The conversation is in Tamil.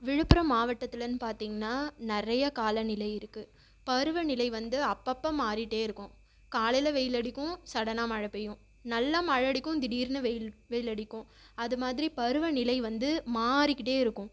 விழுப்புரம் மாவட்டத்துலேன்னு பார்த்தீங்னா நிறைய காலநிலை இருக்குது பருவநிலை வந்து அப்போப்ப மாறிகிட்டே இருக்கும் காலையில் வெயில் அடிக்கும் சடனாக மழை பெய்யும் நல்லா மழை அடிக்கும் திடீர்னு வெயில் வெயில் அடிக்கும் அது மாதிரி பருவநிலை வந்து மாறிக்கிட்டே இருக்கும்